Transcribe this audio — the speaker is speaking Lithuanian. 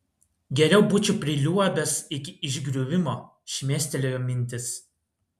geriau būčiau priliuobęs iki išgriuvimo šmėstelėjo mintis